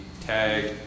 TAG